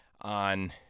on